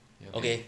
okay